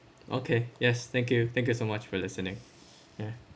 okay yes thank you thank you so much for listening ya